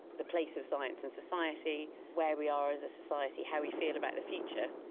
the place of science in society, where we are as a society, how we feel about the future,